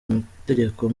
amategeko